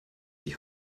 die